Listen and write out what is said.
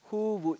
who would